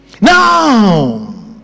Now